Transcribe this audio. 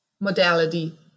modality